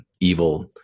evil